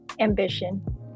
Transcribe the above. ambition